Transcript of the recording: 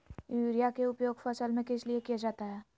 Urea के उपयोग फसल में किस लिए किया जाता है?